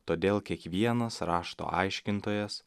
todėl kiekvienas rašto aiškintojas